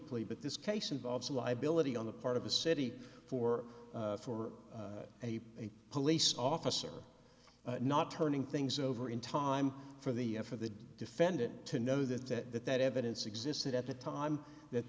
plea but this case involves a liability on the part of the city for for a police off yes are not turning things over in time for the for the defendant to know that that that that evidence existed at the time that